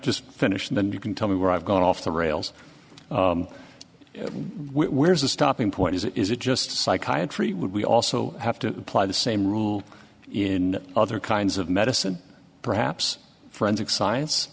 just finish then you can tell me where i've gone off the rails where is the stopping point is it is it just psychiatry would we also have to apply the same rule in other kinds of medicine perhaps forensic science